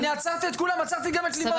אני עצרתי את כולם, עצרתי גם את לימור.